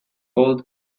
gold